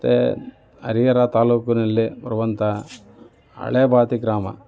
ಮತ್ತು ಹರಿಹರ ತಾಲ್ಲೂಕಿನಲ್ಲಿ ಬರುವಂಥ ಹಳೇಬಾತಿ ಗ್ರಾಮ